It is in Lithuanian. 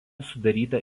sudaryta